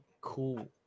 cool